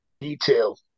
detail